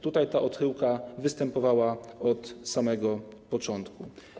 Tutaj ta odchyłka występowała od samego początku.